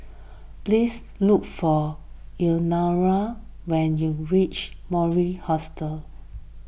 please look for Elenora when you reach Mori Hostel